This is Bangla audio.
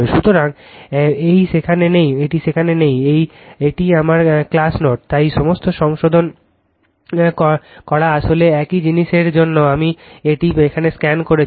সুতরাং এই সেখানে নেই এটি আমার ক্লাস নোট তাই সমস্ত সংশোধন করা আসলে একই জিনিসের জন্য আমি এটি এখানে স্ক্যান করেছি